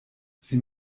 sie